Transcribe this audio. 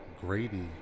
Grady